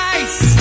ice